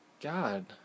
god